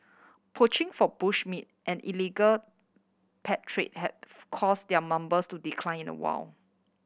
poaching for bush meat and illegal pet trade had caused their numbers to decline in the wild